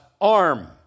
arm